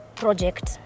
project